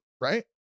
right